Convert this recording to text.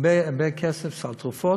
הרבה הרבה כסף לתרופות.